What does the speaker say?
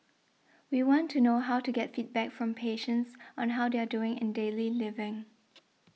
we want to know how to get feedback from patients on how they are doing in daily living